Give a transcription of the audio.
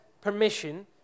permission